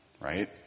right